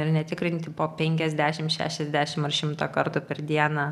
ir netikrinti po penkiasdešim šešiasdešim ar šimtą kartų per dieną